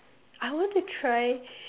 I want to try